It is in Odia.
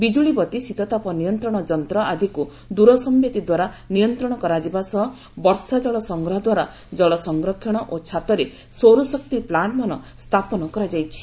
ବିଜୁଳି ବତି ଶୀତତାପ ନିୟନ୍ତ୍ରଣ ଯନ୍ତ୍ର ଆଦିକୁ ଦୂର ସମ୍ଘେଦୀ ଦ୍ୱାରା ନିୟନ୍ତ୍ରଣ କରାଯିବା ସହ ବର୍ଷାଜଳ ସଂଗ୍ରହ ଦ୍ୱାରା ଜଳ ସଂରକ୍ଷଣ ଓ ଛାତରେ ସୌରଶକ୍ତି ପ୍ଲାଶ୍ଚମାନ ସ୍ଥାପନ କରାଯାଇଛି